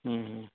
हम्म हम्म